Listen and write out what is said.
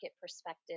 perspective